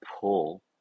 pull